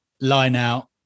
line-out